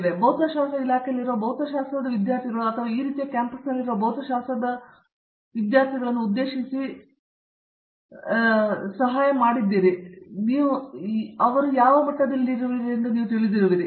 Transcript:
ಆದ್ದರಿಂದ ಭೌತಶಾಸ್ತ್ರ ಇಲಾಖೆಯಲ್ಲಿರುವ ಭೌತಶಾಸ್ತ್ರದ ವಿದ್ಯಾರ್ಥಿಗಳು ಅಥವಾ ಈ ರೀತಿಯ ಕ್ಯಾಂಪಸ್ನಲ್ಲಿರುವ ಭೌತಶಾಸ್ತ್ರದ ವಿದ್ಯಾರ್ಥಿಗಳನ್ನು ನಾವು ಹೇಳಲು ಸಹಾಯ ಮಾಡಿದ್ದೇವೆ ಎಂಬುದನ್ನು ನೀವು ಯಾವ ಮಟ್ಟಕ್ಕೆ ತಿಳಿದಿರುವಿರಿ